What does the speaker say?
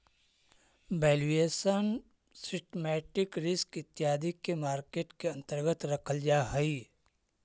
valuation, systematic risk इत्यादि के market के अंतर्गत रखल जा हई